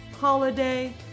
Holiday